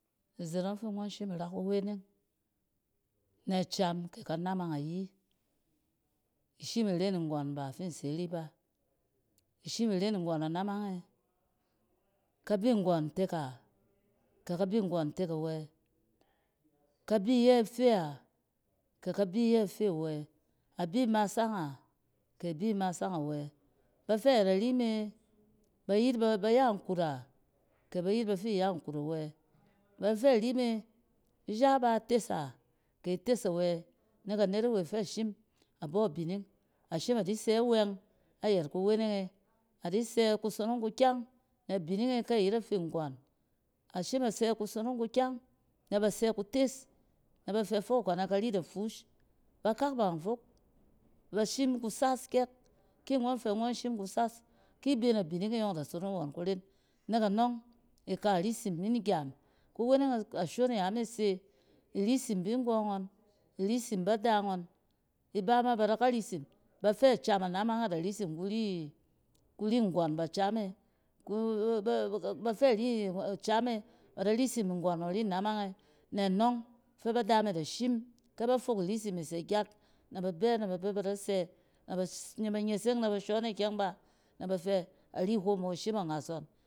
Izen yɔng fi ngɔn shim i ra kuwe neng acham ke kanamang ayi. ishim iren nggɔn ba fi nse ari ba, i shim iren nggɔn anamang e, ka bi ngɣon ntek a, ke ka bi nggɔn ntek awɛ, kabi iyɛ ife a, ke ka bi iyɛ ife awɛ, a bi imasang a, ke a bi imasang awɛ. ba fɛ yet ari me ba yet ba ya nkut a, ke ba yet bafi iya nkut awɛ, bafɛ ari me ija ba tes a, ke i tes awo yɛ. nek anet awe fɛ a shim a bɔ abimimg a shima di sɛ awɛng ayet kuweneng a di sɛ kusonog kukyang na abining e ke yet afi nggɔn, a shim a sɛ kusong kukyang na ba sɛ kutes. na bafɛ fok konɛ kari da fus, bakak ba fok i ba shim kusas kyɛk, ke ngɔn fɛ ngɔn shim kusas, ki i bɛ na abininng e iyɔng da sot in wɔn kuren, nek anr; ng i ka risim yin gyaam, kuweng ashon se i risim bin ngɔ ngɔn, i risim bada ngɔn i bamaba da ka risim, bafɛ anamang e da risim kuri nggɔn acham e, bafɛ ari acham e ba da risim nfɛ ari anamang e na anɔng fɛ bada me da shim ke ba fok irisim e se gyat na ba be ba de ba da sɛ, na ba nyyeseng na ba shɔn e ikyɛng ba, ba fɛ arim hom yo a shim angas ngɔn.